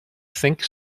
think